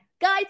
Guys